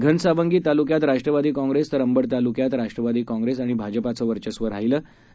घनसावंगीतालुक्यातराष्ट्रवादीकाँग्रेस तरअंबडतालुक्यातराष्ट्रवादीकाँग्रेसआणिभाजपाचंवर्चस्वराहिलंआहे